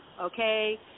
okay